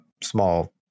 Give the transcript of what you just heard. small